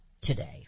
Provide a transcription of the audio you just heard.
Today